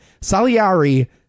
Salieri